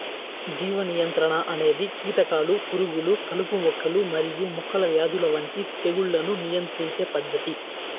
జీవ నియంత్రణ అనేది కీటకాలు, పురుగులు, కలుపు మొక్కలు మరియు మొక్కల వ్యాధుల వంటి తెగుళ్లను నియంత్రించే పద్ధతి